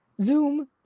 zoom